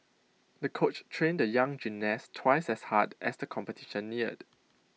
the coach trained the young gymnast twice as hard as the competition neared